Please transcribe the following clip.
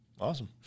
awesome